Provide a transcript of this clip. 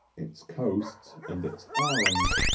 its coasts and its islands,